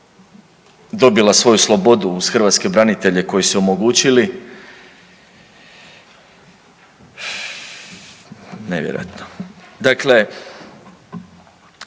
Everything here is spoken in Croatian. dobila svoju slobodu uz hrvatske branitelje koji su omogućili, nevjerojatno. Dakle,